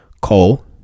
coal